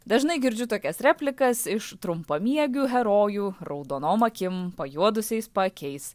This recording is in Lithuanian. dažnai girdžiu tokias replikas iš trumpamiegių herojų raudonom akim pajuodusiais paakiais